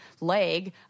leg